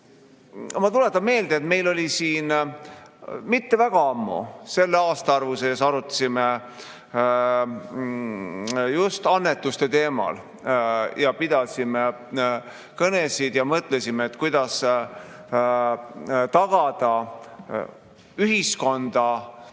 ma tuletan meelde, et meil oli siin mitte väga ammu, selle aastaarvu sees, arutuse all just annetuste teema. Pidasime kõnesid ja mõtlesime, kuidas saata ühiskonda selline